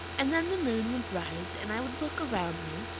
and then the moon would rise and i would look around me.